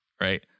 right